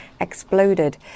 exploded